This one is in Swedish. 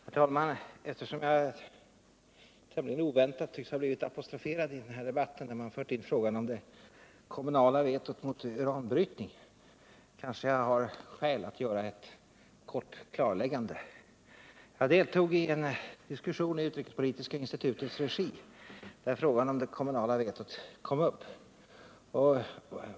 Herr talman! Eftersom jag tämligen oväntat tycks ha blivit apostroferad i den här debatten, när man fört in frågan om det kommunala vetot mot uranbrytning, kanske jag har skäl att göra ett kort klarläggande. Jag deltog i en diskussion i utrikespolitiska institutets regi, där frågan om det kommunala vetot kom upp.